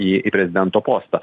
į į prezidento postą